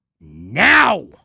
Now